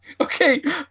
Okay